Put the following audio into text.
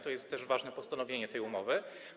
To jest też ważne postanowienie tej umowy.